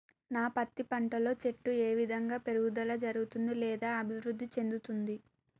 నా పత్తి పంట లో చెట్టు ఏ విధంగా పెరుగుదల జరుగుతుంది లేదా అభివృద్ధి చెందుతుంది?